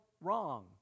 wrong